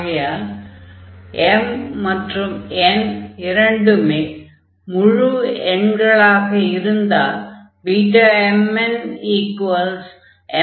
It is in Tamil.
ஆகையால் m மற்றும் n இரண்டுமே முழு எண்களாக இருந்தால் Bmn